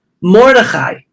Mordechai